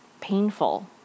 painful